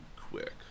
quick